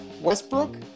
Westbrook